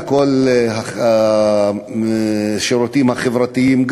בכל השירותים החברתיים,